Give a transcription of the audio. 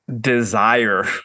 desire